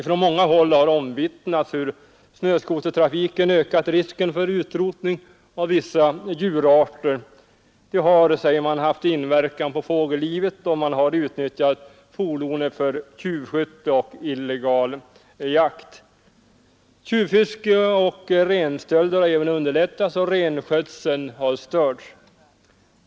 Från många håll har omvittnats hur snöskotertrafiken ökat risken för utrotning av vissa djurarter. Den sägs ha haft inverkan på fågellivet, och fordonet har utnyttjats för tjuvskytte och illegal jakt. Tjuvfiske och renstölder har även underlättats, och renskötseln har störts.